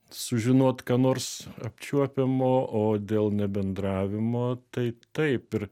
sužinot ką nors apčiuopiamo o dėl nebendravimo tai taip ir